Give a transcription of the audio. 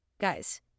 Guys